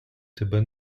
тебе